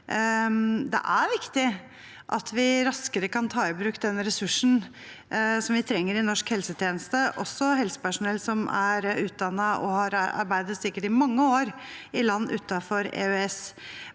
Det er viktig at vi raskere kan ta i bruk de ressursene vi trenger i norsk helsetjeneste, også helsepersonell som er utdannet og har arbeidet – sikkert i mange år – i land utenfor EØS,